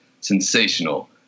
sensational